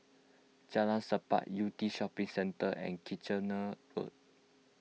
Jalan Sappan Yew Tee Shopping Centre and Kitchener Road